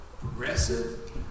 progressive